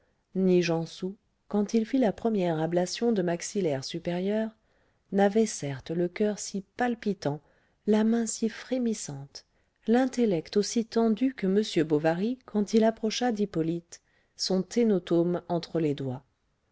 ni gensoul quand il fit la première ablation de maxillaire supérieur n'avaient certes le coeur si palpitant la main si frémissante l'intellect aussi tendu que m bovary quand il approcha d'hippolyte son ténotome entre les doigts